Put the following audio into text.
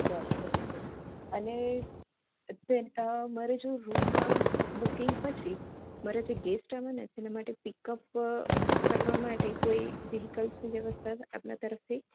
બરાબર છે અને અમારે જો રૂમમાં બુકીંગ પછી મારા જે ગેસ્ટ આવવાના છે એના માટે પીકઅપ કરવા માટે કોઈ વેહિકલ્સની વ્યવસ્થા આપના તરફથી